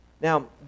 Now